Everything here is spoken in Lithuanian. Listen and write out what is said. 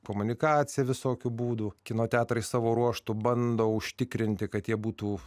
komunikaciją visokių būdų kino teatrai savo ruožtu bando užtikrinti kad jie būtų